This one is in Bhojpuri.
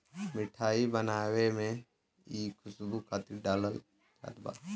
मिठाई बनावे में इ खुशबू खातिर डालल जात बा